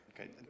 Okay